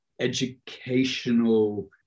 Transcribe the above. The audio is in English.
educational